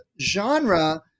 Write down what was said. genre